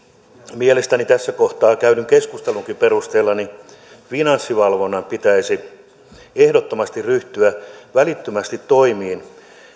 mielestäni tässä kohtaa käydyn keskustelunkin perusteella finanssivalvonnan pitäisi ehdottomasti ryhtyä välittömästi toimiin